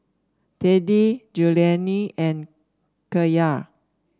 Teddy Julianne and Kyara